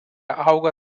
auga